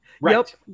Right